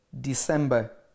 December